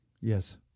Yes